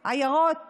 שם לעיירות וערים,